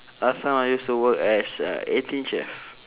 last time I used to work as a eighteen chef